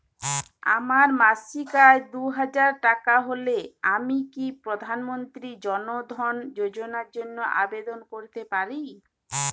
আমার মাসিক আয় দুহাজার টাকা হলে আমি কি প্রধান মন্ত্রী জন ধন যোজনার জন্য আবেদন করতে পারি?